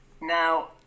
Now